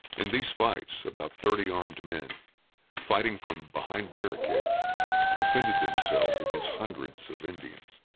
in these fights, about thirty armed men fighting from behind barricades defended themselves against hundreds of indians.